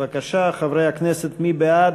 בבקשה, חברי הכנסת, מי בעד?